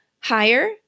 higher